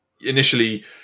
initially